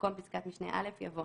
יבוא